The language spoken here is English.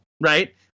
right